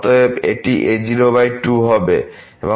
অতএব এটি a02 হবে